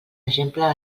exemple